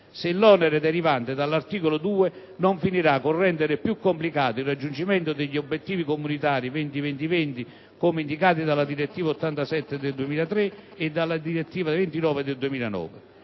se l'onere derivante dall'articolo 2 non finirà col rendere più complicato il raggiungimento degli obiettivi comunitari «20-20-20», come indicati dalla direttiva n. 87 del 2003 e dalla direttiva n. 29 del 2009.